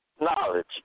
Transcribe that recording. knowledge